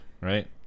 right